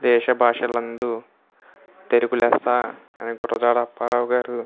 దేశ భాషలందు తెలుగు లెస్స అని గురజాడ అప్పారావు గారు